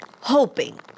hoping